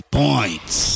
points